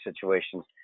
situations